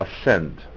ascend